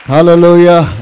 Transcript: Hallelujah